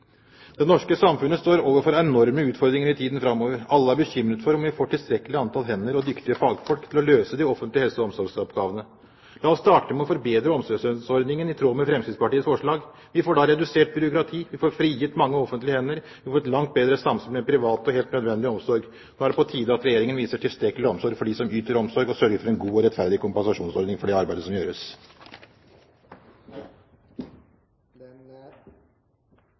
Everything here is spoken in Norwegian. Det norske samfunnet står overfor enorme utfordringer i tiden framover. Alle er bekymret for om vi får tilstrekkelig antall hender og dyktige fagfolk til å løse de offentlige helse- og omsorgsoppgavene. La oss starte med å forbedre omsorgslønnsordningen i tråd med Fremskrittspartiets forslag. Vi får da redusert byråkratiet, vi får frigitt mange offentlige hender, og vi får et langt bedre samspill med den private og helt nødvendige omsorg. Nå er det på tide at Regjeringen viser tilstrekkelig omsorg for dem som yter omsorg, og sørger for en god og rettferdig kompensasjonsordning for det arbeidet som gjøres. Den